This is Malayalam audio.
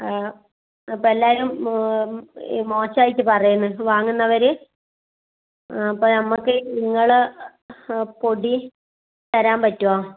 അപ്പം എല്ലാവരും മോ മോശമായിട്ട് പറയുന്ന് ഇപ്പോൾ വാങ്ങുന്നവര് ആ അപ്പം നമ്മൾക്ക് നിങ്ങള് പൊടി തരാൻ പറ്റുവോ